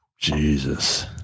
Jesus